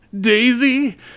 Daisy